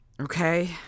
Okay